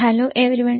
hello everyone